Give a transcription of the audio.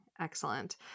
Excellent